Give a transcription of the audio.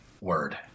word